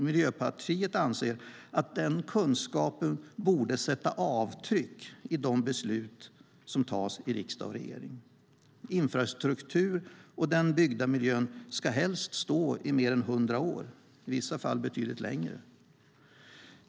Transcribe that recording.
Miljöpartiet anser att denna kunskap borde ge avtryck i de beslut som tas i riksdag och regering. Infrastruktur och den byggda miljön ska helst stå i mer än hundra år, i vissa fall betydligt längre.